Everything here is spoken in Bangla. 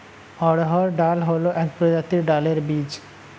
অড়হর ডাল হল এক প্রজাতির ডালের বীজ